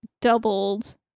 doubled